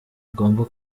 ugomba